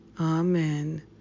Amen